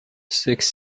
six